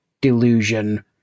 delusion